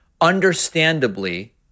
understandably